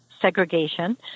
segregation